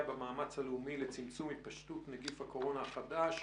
במאמץ הלאומי לצמצום התפשטות נגיף הקורונה החדש